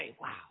wow